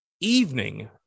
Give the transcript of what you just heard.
evening